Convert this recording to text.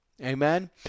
Amen